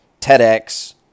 TEDx